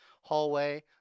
hallway